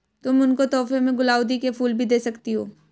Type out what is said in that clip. तुम उनको तोहफे में गुलाउदी के फूल भी दे सकती हो